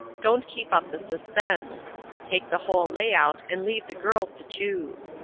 don't keep up the suspense take the whole lay-out, and leave the girls to choose!